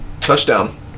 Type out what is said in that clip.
touchdown